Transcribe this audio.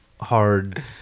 hard